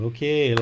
Okay